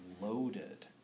loaded